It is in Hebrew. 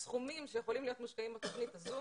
הסכומים שיכולים להיות מושקעים בתוכנית הזאת